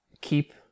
keep